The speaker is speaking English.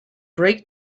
break